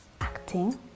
acting